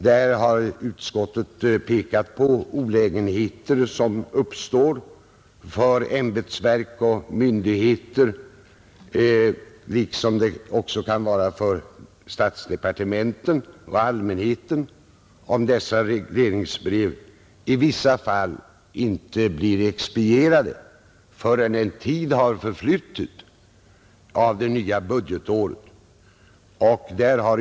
Där har utskottet pekat på olägenheter som uppstår för ämbetsverk och myndigheter liksom även för statsdepartementen och allmänheten, om dessa regleringsbrev i vissa fall inte blir expedierade förrän en tid av det nya budgetåret har förflutit.